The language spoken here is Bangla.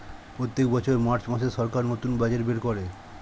প্রত্যেক বছর মার্চ মাসে সরকার নতুন বাজেট বের করে